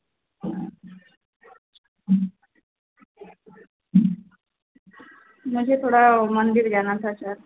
मुझे थोड़ा वह मंदिर जाना था सर